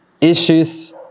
issues